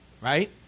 right